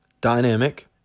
dynamic